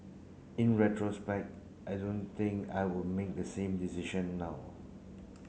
in retrospect I don't think I would make the same decision now